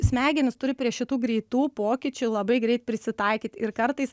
smegenys turi prie šitų greitų pokyčių labai greit prisitaikyt ir kartais